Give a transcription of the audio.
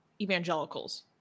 evangelicals